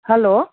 hello